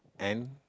and